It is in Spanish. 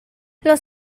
los